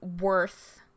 worth